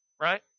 right